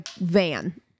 van